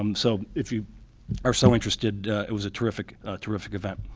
um so if you are so interested it was a terrific terrific event.